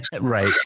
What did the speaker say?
Right